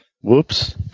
Whoops